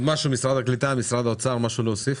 משרד הקליטה, משרד האוצר, משהו להוסיף?